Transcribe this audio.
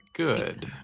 Good